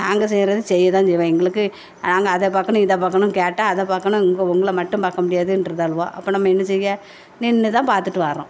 நாங்கள் செய்கிறத செய்யத்தான் செய்வோம் எங்களுக்கு நாங்கள் அதை பார்க்கணும் இதை பார்க்கணும் கேட்டால் அதை பார்க்கணும் இங்கே உங்களை மட்டும் பார்க்க முடியாதுன்ருதாளுவோ அப்போ நம்ம என்ன செய்ய நின்று தான் பார்த்துட்டு வரோம்